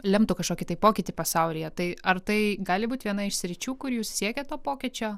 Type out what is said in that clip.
lemtų kažkokį tai pokytį pasaulyje tai ar tai gali būt viena iš sričių kur jūs siekiat to pokyčio